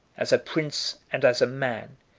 as a prince and as a man,